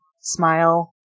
smile